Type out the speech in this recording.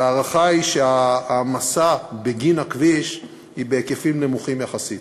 וההערכה היא שההעמסה בגין הכביש היא בהיקפים נמוכים יחסית.